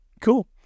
cool